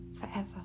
forever